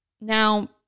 Now